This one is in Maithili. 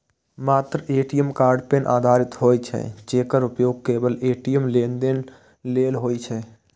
मात्र ए.टी.एम कार्ड पिन आधारित होइ छै, जेकर उपयोग केवल ए.टी.एम लेनदेन लेल होइ छै